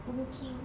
boon keng